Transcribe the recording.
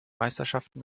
meisterschaften